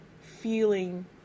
feeling